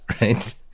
right